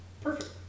Perfect